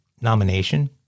nomination